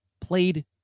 Played